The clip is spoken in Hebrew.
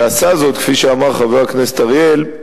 ועשה זאת, כפי שאמר זאת חבר הכנסת אריאל,